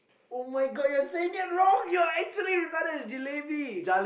[oh]-my-God you're saying it wrong you're actually retarded it's jalebi